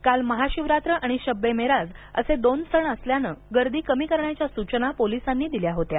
काल महाशिवरात्र आणि शब्बेमेराज असे दोन सण असल्याने गर्दी कमी करण्याच्या सूचना पोलिसांनी दिल्या होत्या